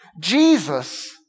Jesus